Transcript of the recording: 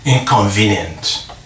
inconvenient